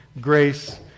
grace